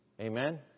Amen